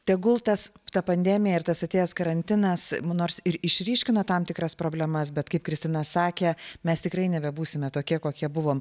tegul tas ta pandemija ir tas atėjęs karantinas nors ir išryškino tam tikras problemas bet kaip kristina sakė mes tikrai nebebūsime tokie kokie buvom